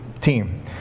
team